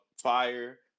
fire